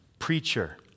preacher